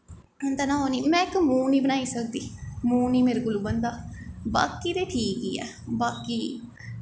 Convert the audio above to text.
होंदा ना में इक मूंह निं बनाई सकदी मूंह निं मेरे कोलों बनदा बाकी ते ठीक ही ऐ बाकी